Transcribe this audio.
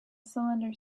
cylinder